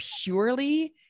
purely